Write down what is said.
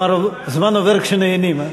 הזמן עובר כשנהנים.